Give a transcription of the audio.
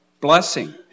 blessing